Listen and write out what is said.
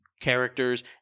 characters